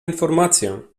informację